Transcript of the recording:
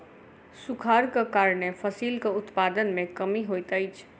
सूखाड़क कारणेँ फसिलक उत्पादन में कमी होइत अछि